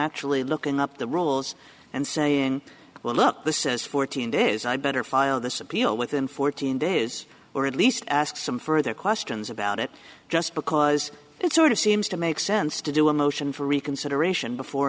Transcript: actually looking up the rules and saying well look the says fourteen days i better file this appeal within fourteen days or at least ask some further questions about it just because it's sort of seems to make sense to do a motion for reconsideration before